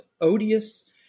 odious